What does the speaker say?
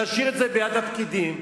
להשאיר את זה ביד הפקידים.